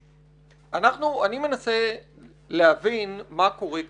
אני מנסה להבין מה קורה כאן.